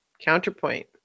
Counterpoint